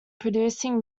producing